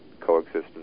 coexistence